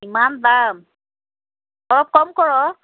ইমান দাম অলপ কম কৰক